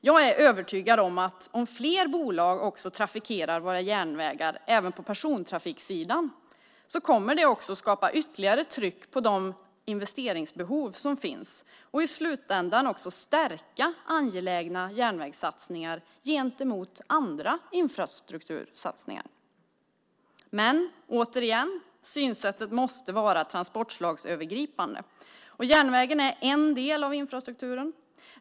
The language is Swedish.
Jag är övertygad om att om fler bolag trafikerar våra järnvägar även på persontrafiksidan kommer det också att skapa ytterligare tryck på de investeringsbehov som finns och i slutändan stärka angelägna järnvägssatsningar gentemot andra infrastrukturinvesteringar. Men synsättet måste, återigen, vara transportslagsövergripande. Järnvägen är en del av infrastrukturen.